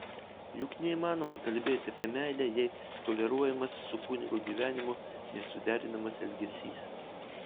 juk neįmanoma kalbėti apie meilę jei toleruojamas su kunigo gyvenimu nesuderinamas elgesys